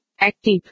active